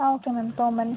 okay ma'am ತಗೊಂಡ್ಬನ್ನಿ